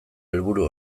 helburu